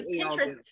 Pinterest